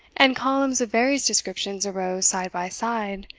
and columns of various descriptions arose side by side,